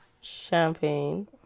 champagne